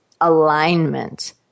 alignment